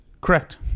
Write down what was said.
Correct